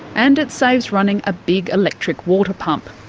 and it saves running a big electric water pump.